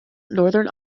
northern